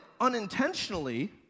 unintentionally